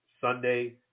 Sunday